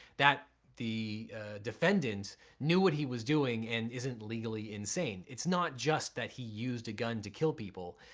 that the defendant knew what he was doing and isn't legally insane. its not just that he used a gun to kill people.